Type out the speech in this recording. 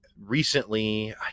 recently